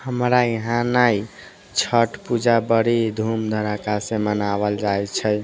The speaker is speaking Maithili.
हमरा यहाँ ने छठ पूजा बड़ी धूम धड़ाकासँ मनावल जाइ छै